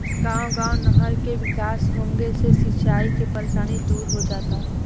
गांव गांव नहर के विकास होंगे से सिंचाई के परेशानी दूर हो जाता